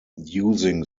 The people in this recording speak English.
using